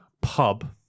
pub